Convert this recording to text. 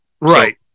Right